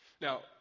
Now